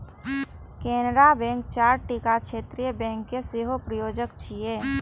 Canara bank चारिटा क्षेत्रीय bank के सेहो प्रायोजक छियै